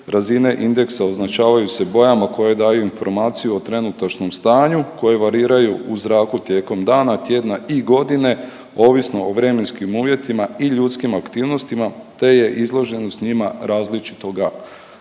razine indeksa označavaju se bojama koje daju informaciju o trenutačnom stanju koje variraju u zraku tijekom dana, tjedna i godine, ovisno o vremenskim uvjetima i ljudskim aktivnostima te je izloženost njima različitoga